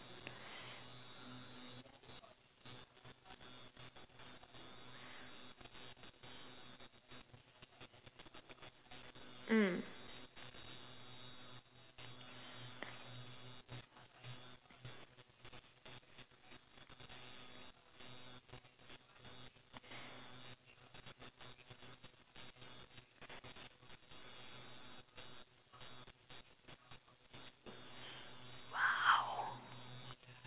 mm